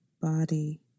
body